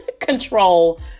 control